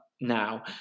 now